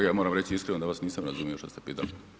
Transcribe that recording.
Kolega, moram reći iskreno da vas nisam razumio što ste pitali.